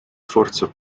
forza